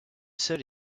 seule